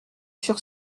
sur